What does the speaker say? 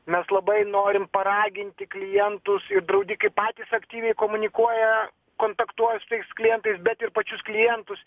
mes labai norim paraginti klientus ir draudikai patys aktyviai komunikuoja kontaktuoja su tais klientais bet ir pačius klientus